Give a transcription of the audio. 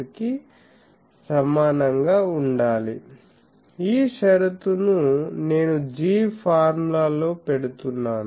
కి సమానం గా ఉండాలి ఈ షరతును నేను G ఫార్ములా లో పెడుతున్నాను